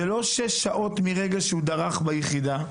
זה לא שש שעות מרגע שהוא דרך ביחידה,